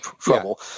trouble